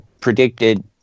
predicted